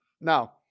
Now